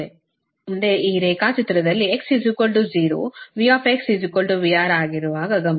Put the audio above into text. ಮುಂದೆ ಈ ರೇಖಾಚಿತ್ರದಲ್ಲಿ x 0 V VR ಆಗಿರುವಾಗ ಗಮನಿಸಿ